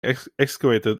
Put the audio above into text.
excavated